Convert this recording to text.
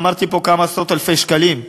אמרתי פה: כמה עשרות אלפי שקלים.